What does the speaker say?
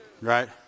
Right